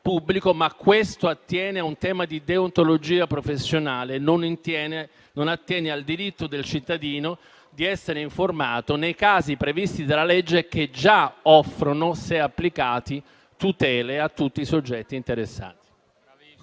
però, attiene a un tema di deontologia professionale e non al diritto del cittadino di essere informato nei casi previsti dalla legge, che già offrono, se applicati, tutele a tutti i soggetti interessati.